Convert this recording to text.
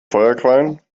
feuerquallen